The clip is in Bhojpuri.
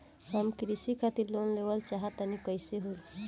हम कृषि खातिर लोन लेवल चाहऽ तनि कइसे होई?